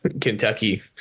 Kentucky